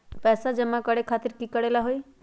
पैसा जमा करे खातीर की करेला होई?